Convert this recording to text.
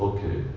Okay